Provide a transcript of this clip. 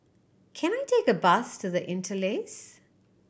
can I take a bus to The Interlace